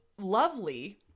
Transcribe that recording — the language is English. lovely